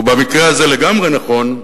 ובמקרה הזה לגמרי, נכון,